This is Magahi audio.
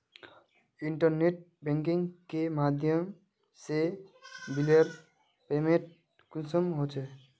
इंटरनेट बैंकिंग के माध्यम से बिलेर पेमेंट कुंसम होचे?